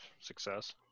success